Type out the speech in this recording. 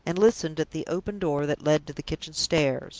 and listened at the open door that led to the kitchen stairs.